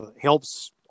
helps